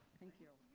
thank you.